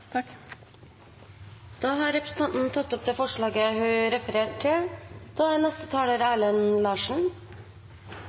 Da har representanten Kjersti Toppe tatt opp forslaget hun refererte til,